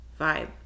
vibe